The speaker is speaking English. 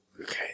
okay